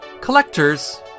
collectors